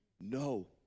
No